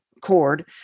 cord